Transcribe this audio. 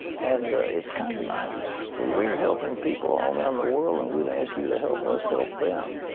and is kind of nice. we're we're helping people all around the world, and we're asking you to help us help them.